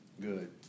Good